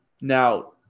Now